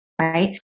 right